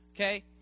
okay